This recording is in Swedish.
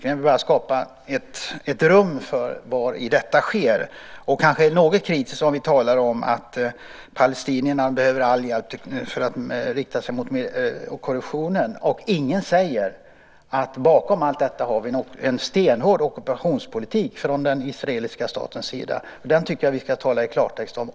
Jag vill bara skapa ett rum för vari detta sker. Och kanske är det något kritiskt när vi talar om att palestinierna behöver all hjälp för att vända sig mot korruptionen samtidigt som ingen säger att vi bakom allt detta har en stenhård ockupationspolitik från den israeliska statens sida. Den måste vi också tala i klartext om.